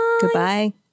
Goodbye